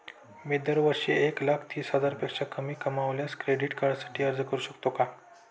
मी दरवर्षी एक लाख तीस हजारापेक्षा कमी कमावल्यास क्रेडिट कार्डसाठी अर्ज करू शकतो का?